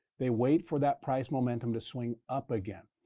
they wait for that price momentum to swing up again.